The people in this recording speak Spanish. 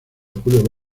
julio